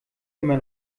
immer